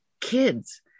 kids